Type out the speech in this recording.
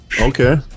Okay